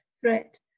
threat